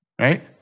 right